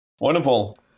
Wonderful